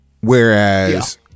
Whereas